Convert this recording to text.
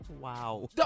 Wow